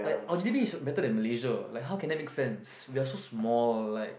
like our G_D_P is better than Malaysia like how can I make sense we are so small like